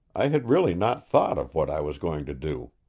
i had really not thought of what i was going to do.